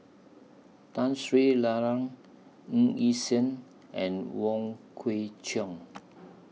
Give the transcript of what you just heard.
Tun Sri Lanang Ng Yi Sheng and Wong Kwei Cheong